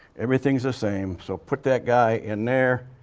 everything's the same, so put that guy in there,